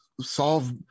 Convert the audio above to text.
solve